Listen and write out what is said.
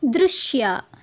ದೃಶ್ಯ